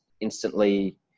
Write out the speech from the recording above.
instantly